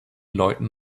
leuten